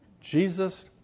Jesus